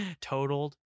totaled